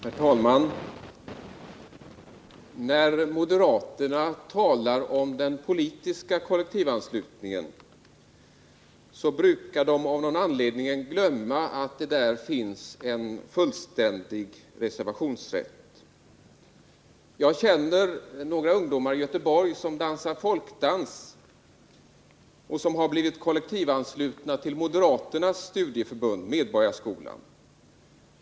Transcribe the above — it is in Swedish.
Herr talman! När moderaterna talar om den politiska kollektivanslutningen brukar de av någon anledning glömma att det finns en fullständig reservationsrätt. Jag känner några ungdomar i Göteborg som dansar folkdans och som har blivit kollektivanslutna till moderaternas studieförbund Medborgarskolan.